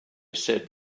said